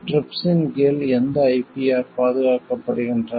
TRIPS ன் கீழ் எந்த IPRகள் பாதுகாக்கப்படுகின்றன